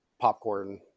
popcorn